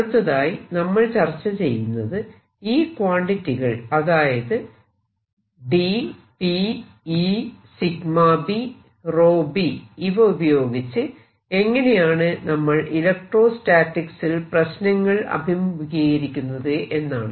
അടുത്തതായി നമ്മൾ ചർച്ച ചെയ്യുന്നത് ഈ ക്വാണ്ടിറ്റികൾ അതായത് D P E b b ഇവ ഉപയോഗിച്ച് എങ്ങനെയാണ് നമ്മൾ ഇലക്ട്രോസ്റ്റാറ്റിക്സ് ൽ പ്രശ്നങ്ങൾ അഭിമുഖീകരിക്കുന്നത് എന്നാണ്